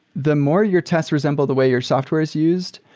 the more your test resembled the way your software is used,